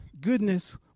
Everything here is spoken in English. goodness